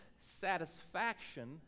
satisfaction